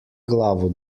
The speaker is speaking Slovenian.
glavo